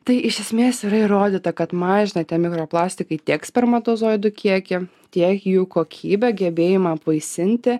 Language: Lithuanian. tai iš esmės yra įrodyta kad mažina tie mikro plastikai tiek spermatozoidų kiekį tiek jų kokybę gebėjimą apvaisinti